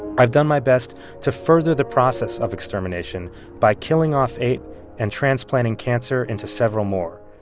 i've done my best to further the process of extermination by killing off eight and transplanting cancer into several more.